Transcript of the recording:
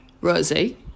Rosie